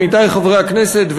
עמיתי חברי הכנסת,